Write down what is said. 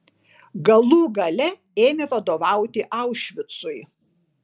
galų gale ėmė vadovauti aušvicui